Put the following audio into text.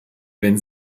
wenn